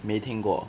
没听过